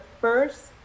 first